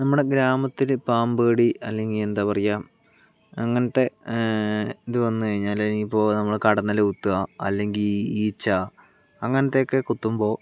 നമ്മുടെ ഗ്രാമത്തിൽ പാമ്പുകടി അല്ലെങ്കിൽ എന്താ പറയുക അങ്ങനത്തെ ഇത് വന്നുകഴിഞ്ഞാൽ ഇനി ഇപ്പോൾ നമ്മളെ കടന്നൽ കുത്തുക അല്ലെങ്കിൽ ഈച്ച അങ്ങനത്തെയൊക്കെ കുത്തുമ്പോൾ